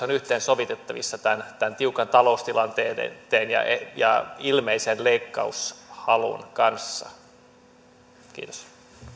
on yhteensovitettavissa tämän tämän tiukan taloustilanteen ja ilmeisen leikkaushalun kanssa kiitos